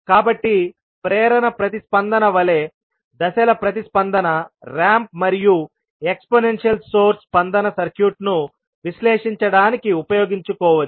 కాబట్టి ప్రేరణ ప్రతిస్పందన వలె దశల ప్రతిస్పందన రాంప్ మరియు ఎక్స్పోనెన్షియల్ సోర్స్ స్పందన సర్క్యూట్ను విశ్లేషించడానికి ఉపయోగించుకోవచ్చు